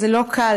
זה לא קל.